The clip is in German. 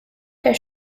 der